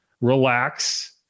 relax